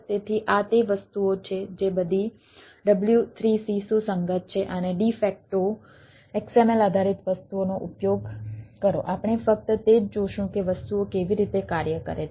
તેથી આ તે વસ્તુઓ છે જે બધી W3C સુસંગત છે અને ડી ફેક્ટો XML આધારિત વસ્તુઓનો ઉપયોગ કરો આપણે ફક્ત તે જ જોશું કે વસ્તુઓ કેવી રીતે કાર્ય કરે છે